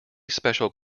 special